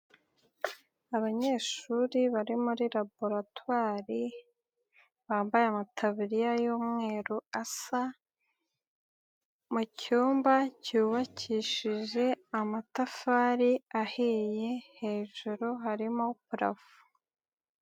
Abanyeshuri barimo laboratwari, bambaye amataburiya y'umweru asa, mu cyumba cyubakishije amatafari ahiye, hejuru harimo parafo.